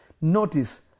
Notice